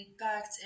impact